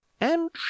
And